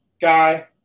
guy